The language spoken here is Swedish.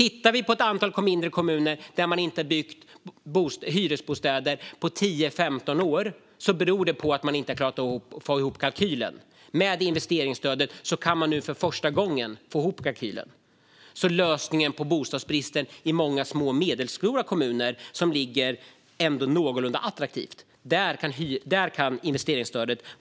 I många mindre kommuner har man inte byggt hyresbostäder på 10-15 år, och det beror på att de inte har fått ihop kalkylen. Med investeringsstödet får de nu för första gången ihop kalkylen. Lösningen på bostadsbristen i många små och medelstora kommuner som ligger någorlunda attraktivt kan alltså vara investeringsstödet.